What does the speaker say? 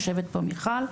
יושבת פה מיכל.